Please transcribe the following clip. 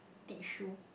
teach you